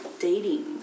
Dating